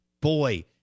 Boy